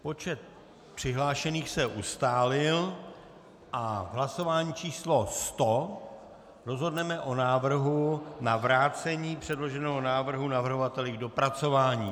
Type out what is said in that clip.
Počet přihlášených se ustálil a v hlasování číslo 100 rozhodneme o návrhu na vrácení předloženého návrhu navrhovateli k dopracování.